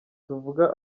tuvuga